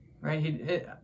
Right